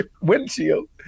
windshield